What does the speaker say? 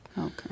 Okay